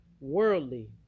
worldly